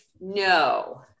no